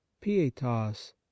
Pietas